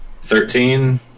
Thirteen